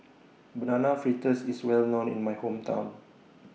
Banana Fritters IS Well known in My Hometown